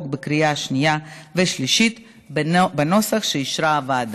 בקריאה שנייה ושלישית בנוסח שאישרה הוועדה.